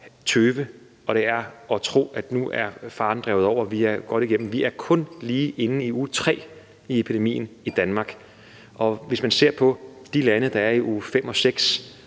tøve, og man skal ikke tro, at faren nu er drevet over, og at vi er godt igennem. Vi er kun lige inde i uge tre af epidemien i Danmark, og hvis man ser på de lande, der er i uge fem og